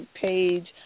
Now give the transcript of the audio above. page